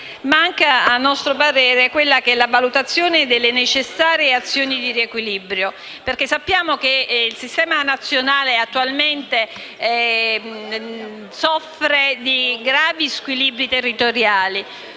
manca, a nostro parere, la valutazione delle necessarie azioni di riequilibrio. Sappiamo che il sistema nazionale attualmente soffre di gravi squilibri territoriali